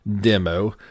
demo